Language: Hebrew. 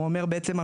הוא אומר בעצם,